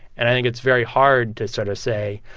and i think it's very hard to sort of say,